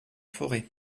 forêt